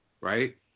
right